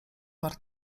war